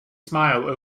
smile